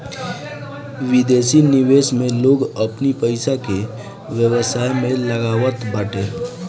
विदेशी निवेश में लोग अपनी पईसा के व्यवसाय में लगावत बाटे